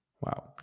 Wow